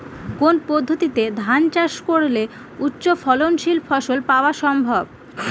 কোন পদ্ধতিতে ধান চাষ করলে উচ্চফলনশীল ফসল পাওয়া সম্ভব?